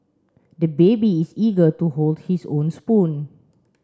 the baby is eager to hold his own spoon